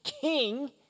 king